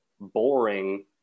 boring